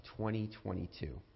2022